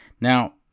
Now